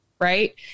right